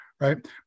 Right